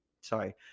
sorry